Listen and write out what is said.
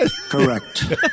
Correct